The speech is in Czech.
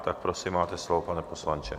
Tak prosím, máte slovo, pane poslanče.